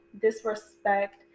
disrespect